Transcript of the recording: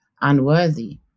unworthy